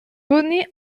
donner